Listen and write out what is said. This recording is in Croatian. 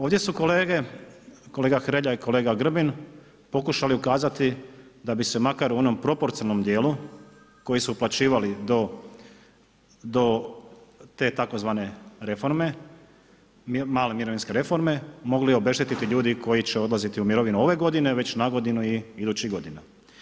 Ovdje su kolege, kolega Hrelja i kolega Grbin pokušali ukazati da bi se makar u onom proporcionalnom dijelu koji su uplaćivali do te tzv. reforme, male mirovinske reforme mogli obeštetiti ljudi koji će odlaziti u mirovinu ove godine, već nagodinu i idućih godina.